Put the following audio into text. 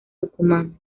tucumán